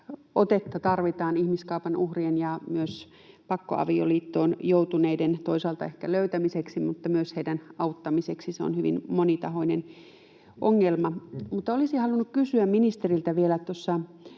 otetta tarvitaan ihmiskaupan uhrien ja myös pakkoavioliittoon joutuneiden toisaalta ehkä löytämiseksi mutta myös heidän auttamisekseen. Se on hyvin monitahoinen ongelma. Olisin halunnut kysyä ministeriltä vielä, kun